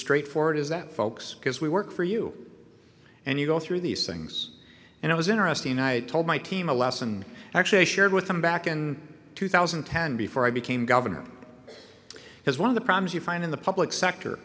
straight forward is that folks because we work for you and you go through these things and it was interesting i told my team a lesson actually i shared with them back in two thousand and ten before i became governor has one of the problems you find in the public sector